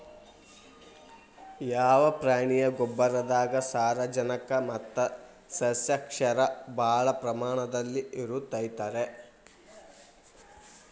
ಯಾವ ಪ್ರಾಣಿಯ ಗೊಬ್ಬರದಾಗ ಸಾರಜನಕ ಮತ್ತ ಸಸ್ಯಕ್ಷಾರ ಭಾಳ ಪ್ರಮಾಣದಲ್ಲಿ ಇರುತೈತರೇ?